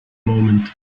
moment